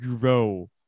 grow